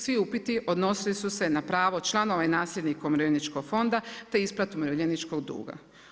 Svi upiti odnosili su se na pravo članova i nasljednikom Umirovljeničkog fonda, te isplatu umirovljeničkog duga.